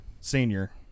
Senior